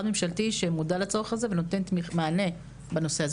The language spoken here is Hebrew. שמודע לצורך הזה ונותן מענה לנושא הזה,